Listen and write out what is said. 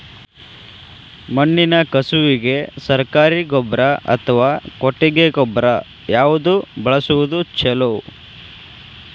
ಮಣ್ಣಿನ ಕಸುವಿಗೆ ಸರಕಾರಿ ಗೊಬ್ಬರ ಅಥವಾ ಕೊಟ್ಟಿಗೆ ಗೊಬ್ಬರ ಯಾವ್ದು ಬಳಸುವುದು ಛಲೋ?